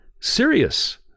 serious